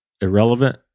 irrelevant